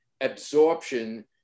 absorption